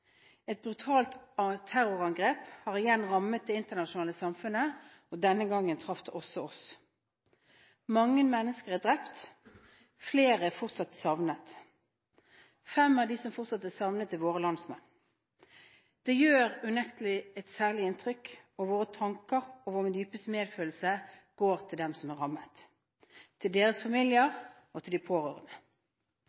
Et brutalt terrorangrep har igjen rammet det internasjonale samfunnet, og denne gangen traff det også oss. Mange mennesker er drept, og flere er fortsatt savnet. Fem av dem som fortsatt er savnet, er våre landsmenn. Det gjør unektelig et særlig inntrykk, og våre tanker og vår dypeste medfølelse går til dem som er rammet, til deres familier